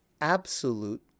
absolute